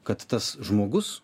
kad tas žmogus